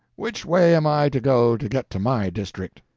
which way am i to go to get to my district?